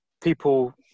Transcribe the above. people